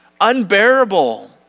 unbearable